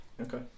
Okay